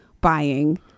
buying